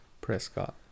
Prescott